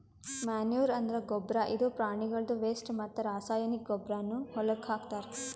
manure ಅಂದ್ರ ಗೊಬ್ಬರ್ ಇದು ಪ್ರಾಣಿಗಳ್ದು ವೆಸ್ಟ್ ಮತ್ತ್ ರಾಸಾಯನಿಕ್ ಗೊಬ್ಬರ್ನು ಹೊಲಕ್ಕ್ ಹಾಕ್ತಾರ್